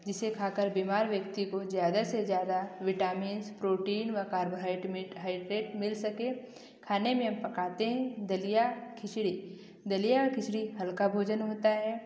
जिसे खा कर बीमार व्यक्ति को ज़्यादा से ज़्यादा विटामिंस प्रोटीन वा कार्बो हाइड्रेट मिल सके खाने में हम पकाते हैं दलिया खिचड़ी दलिया खिचड़ी हल्का भोजन होता है